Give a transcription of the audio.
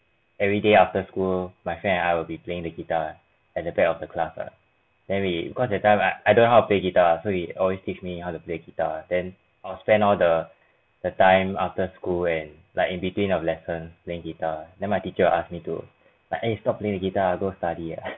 every day after school my friend and I will be playing the guitar at the back of the class lah then we cause that time I I don't know how to play guitar so he always teach me how to play guitar then I'll spend all the the time after school and like in between of lesson playing guitar then my teacher ask me to like eh stop playing the guitar go study ah